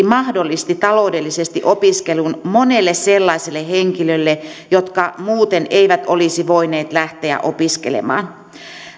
mahdollisti taloudellisesti opiskelun monelle sellaiselle henkilölle jotka muuten eivät olisi voineet lähteä opiskelemaan